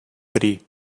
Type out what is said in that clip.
три